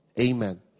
Amen